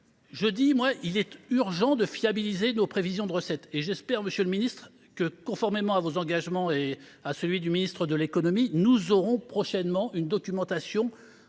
urgent, je le dis, de fiabiliser nos prévisions de recettes et j’espère, monsieur le ministre, que conformément à vos engagements et à celui du ministre de l’économie, nous recevrons prochainement une documentation